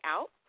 Out